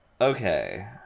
Okay